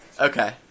Okay